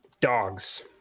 dogs